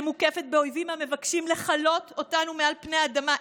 שמוקפת באויבים המבקשים לכלות אותנו מעל פני האדמה.